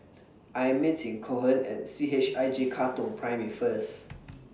I Am meeting Cohen At C H I J Katong Primary First